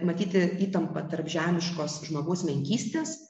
matyti įtampa tarp žemiškos žmogaus menkystės